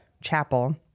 chapel